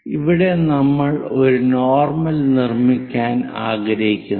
ഇവിടെ നമ്മൾ ഒരു നോർമൽ നിർമ്മിക്കാൻ ആഗ്രഹിക്കുന്നു